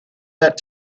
that